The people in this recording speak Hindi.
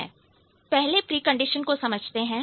पहले प्रिकंडीशन को समझते हैं